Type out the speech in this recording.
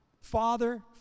Father